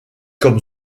comme